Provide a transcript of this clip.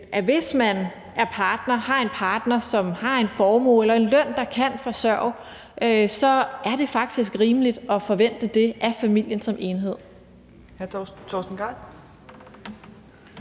hvis man har en partner, som har en formue eller en løn, der kan forsørge, så er det faktisk rimeligt at forvente det af familien som enhed.